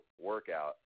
workout